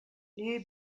liu